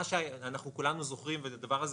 מה שכולנו זוכרים, ואת הדבר הזה